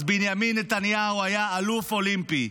אז בנימין נתניהו היה אלוף אולימפי,